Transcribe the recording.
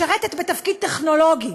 משרתת בתפקיד טכנולוגי